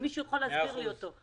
אם מישהו יכול להסביר לי אותו.